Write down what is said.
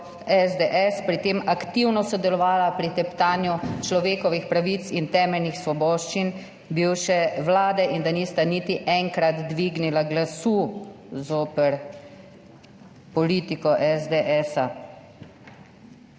SDS, pri tem aktivno sodelovala pri teptanju človekovih pravic in temeljnih svoboščin bivše vlade in da nista niti enkrat dvignila glasu zoper politiko SDS.